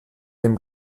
dem